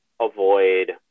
avoid